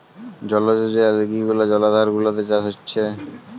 জলজ যে অ্যালগি গুলা জলাধার গুলাতে চাষ হচ্ছে